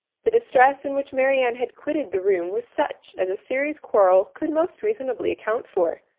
the distress in which marianne had quitted the room was such as a serious quarrel could most reasonably account for,